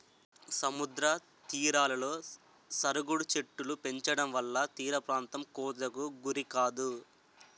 సముద్ర తీరాలలో సరుగుడు చెట్టులు పెంచడంవల్ల తీరప్రాంతం కోతకు గురికాదు